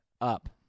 up